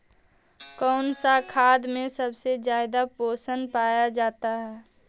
कौन सा खाद मे सबसे ज्यादा पोषण पाया जाता है?